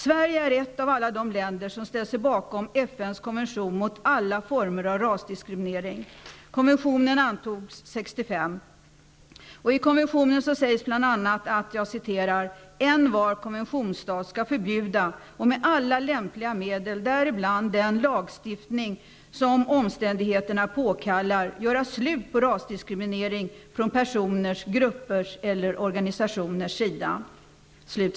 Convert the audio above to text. Sverige är ett av alla de länder som ställt sig bakom konventionen sägs bl.a. att ''envar konventionsstat skall förbjuda och med alla lämpliga medel, däribland den lagstiftning som omständigheterna påkallar, göra slut på rasdiskriminering från personers, gruppers eller organisationerns sida.''